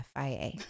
FIA